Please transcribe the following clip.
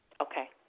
Okay